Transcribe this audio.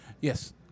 Yes